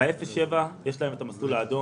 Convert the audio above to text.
ב-0 7 קילומטרים יש את המסלול האדום,